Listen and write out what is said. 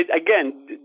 again